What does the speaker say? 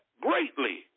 greatly